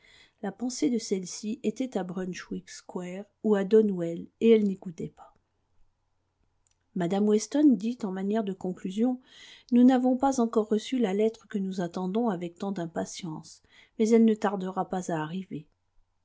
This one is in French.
la pensée de celle-ci était à brunswick square ou à donwell et elle n'écoutait pas mme weston dit en manière de conclusion nous n'avons pas encore reçu la lettre que nous attendons avec tant d'impatience mais elle ne tardera pas à arriver